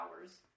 hours